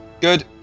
Good